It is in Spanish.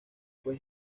fue